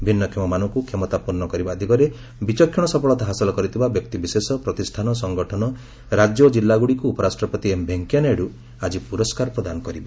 ଭିନ୍ନକ୍ଷମ ମାନଙ୍କୁ କ୍ଷମତାପନ୍ନ କରିବା ଦିଗରେ ବିଚକ୍ଷଣ ସଫଳତା ହାସଲ କରିଥିବା ବ୍ୟକ୍ତି ବିଶେଷ ପ୍ରତିଷ୍ଠାନ ସଂଗଠନ ରାଜ୍ୟ ଓ କିଲ୍ଲାଗୁଡ଼ିକୁ ଉପରାଷ୍ଟ୍ରପତି ଏମ୍ ଭେଙ୍କେୟା ନାଇଡୁ ଆଜି ପୁରସ୍କାର ପ୍ରଦାନ କରିବେ